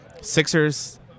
sixers